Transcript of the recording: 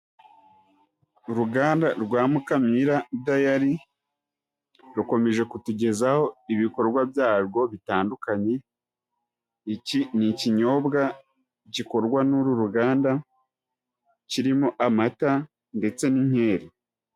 Uruganda rwa Mukamira dairy rukomeje kutugezaho ibikorwa byarwo bitandukanye, iki ni ikinyobwa gikorwa n'uru ruganda kirimo amata ndetse n'inkeri.